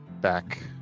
back